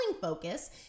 focus